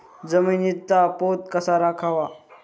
जमिनीचा पोत कसा राखावा?